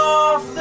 off